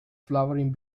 flowering